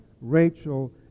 Rachel